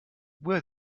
were